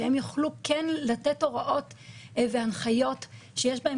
שהם יוכלו כן לתת הוראות והנחיות שיש בהן